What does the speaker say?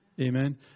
amen